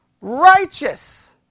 righteous